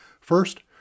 First